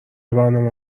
برنامه